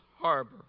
Harbor